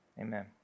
Amen